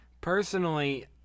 Personally